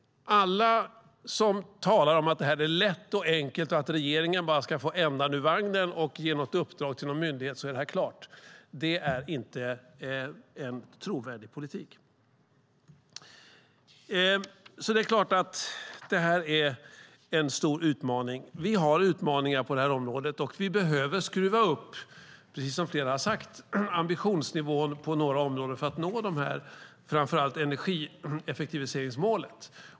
En del säger att detta är lätt och enkelt och att regeringen bara ska få ändan ur vagnen och ge något uppdrag till någon myndighet, så blir det klart. Det är inte en trovärdig politik. Detta är en stor utmaning. Vi har utmaningar på det här området och behöver, som flera har sagt, skruva upp ambitionsnivån på några områden för att nå framför allt energieffektiviseringsmålet.